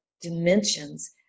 dimensions